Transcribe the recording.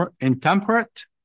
intemperate